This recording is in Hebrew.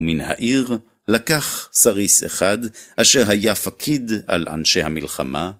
מן העיר לקח סריס אחד, אשר היה פקיד על אנשי המלחמה.